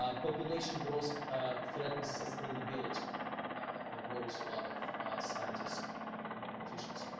ah population growth threatens sustainability and ah worries a lot of scientists and and and politicians.